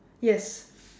yes